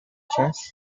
chess